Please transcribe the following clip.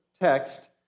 text